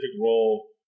role